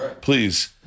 please